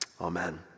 Amen